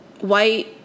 white